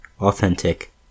authentic